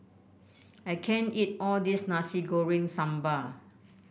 I can't eat all this Nasi Goreng Sambal